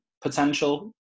potential